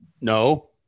No